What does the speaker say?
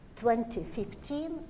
2015